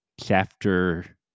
Chapter